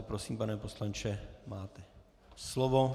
Prosím, pane poslanče, máte slovo.